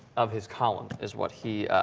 of his column as what he ah.